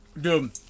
Dude